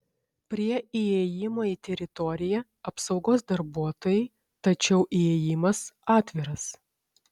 prie įėjimo į teritoriją apsaugos darbuotojai tačiau įėjimas atviras